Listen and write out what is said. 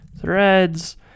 threads